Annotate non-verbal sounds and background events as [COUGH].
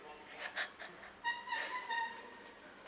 [LAUGHS]